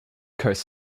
coast